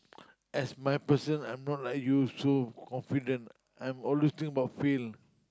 as my person I'm not like you so confident I'm always think about fail